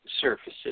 surfaces